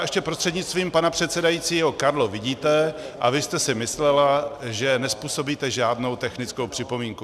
Ještě prostřednictvím pana předsedajícího Karlo, vidíte a vy jste si myslela, že nezpůsobíte žádnou technickou připomínku.